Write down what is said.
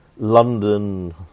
London